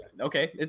okay